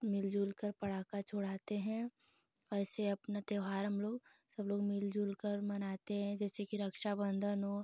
मिलजुलकर पटाखा छुड़ाते हैं ऐसे अपना त्योहार हमलोग सब लोग मिलजुलकर मनाते हैं जैसे कि रक्षाबन्धन हो